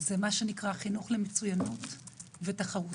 זה מה שנקרא החינוך למצוינות ותחרותיות.